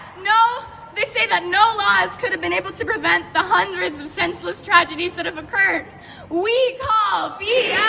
no they say that no laws could've been able to prevent the hundreds senseless tragedies that have occured we call bs